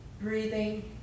breathing